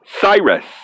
Cyrus